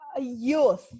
youth